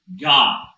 God